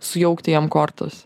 sujaukti jam kortas